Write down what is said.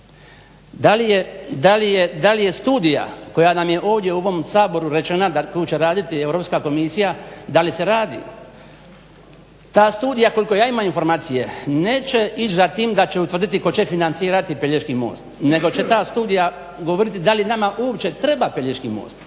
da li je studija koja nam je ovdje u ovom Saboru rečena da tu će raditi Europska komisija da li se radi. Ta studija koliko ja imam informacije neće ići za tim da će utvrditi ko će financirati Pelješki most nego će ta studija govoriti da li nama uopće treba Pelješki most,